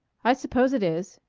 i suppose it is.